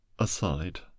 aside